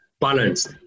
balanced